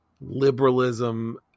liberalism